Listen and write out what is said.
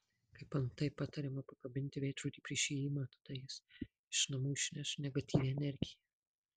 kaip antai patariama pakabinti veidrodį prieš įėjimą tada jis iš namų išneš negatyvią energiją